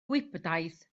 gwibdaith